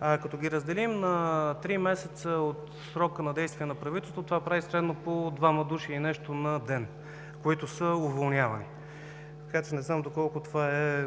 Като ги разделим на три месеца от срока на действие на правителството, това прави средно по двама души и нещо на ден, които са уволнявани. Не знам доколко това е